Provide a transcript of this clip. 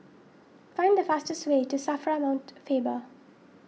find the fastest way to Safra Mount Faber